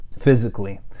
physically